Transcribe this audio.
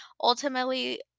ultimately